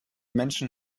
menschen